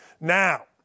Now